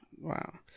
Wow